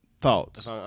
Thoughts